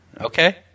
Okay